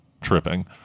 tripping